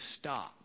stop